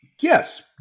Yes